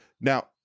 Now